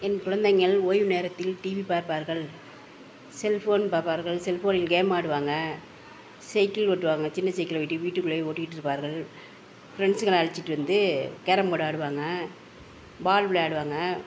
என் குழந்தைங்கள் ஒய்வு நேரத்தில் டிவி பார்ப்பார்கள் செல்ஃபோன் பார்ப்பார்கள் செல்ஃபோனில் கேம் ஆடுவாங்க சைக்கிள் ஓட்டுவாங்க சின்ன சைக்கிள் வீட்டுக்குள்ளேயே ஒட்டிக்கிட்டு இருப்பார்கள் ஃப்ரெண்ட்ஸ்களை அழைச்சிட்டு வந்து கேரம் போர்டு ஆடுவாங்க பால் விளையாடுவாங்க